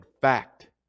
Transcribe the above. fact